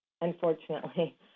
unfortunately